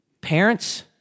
Parents